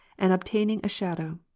and obtaining a shadow.